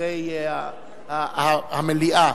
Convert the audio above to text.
מיקירי המליאה.